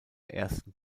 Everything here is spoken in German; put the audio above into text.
ersten